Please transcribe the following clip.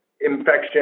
infection